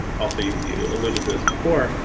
also, you alluded to this before,